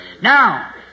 Now